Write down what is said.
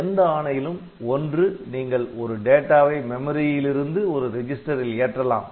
எந்த ஆணையிலும் ஒன்று நீங்கள் ஒரு டேட்டாவை மெமரியில் இருந்து ஒரு ரெஜிஸ்டரில் ஏற்றலாம்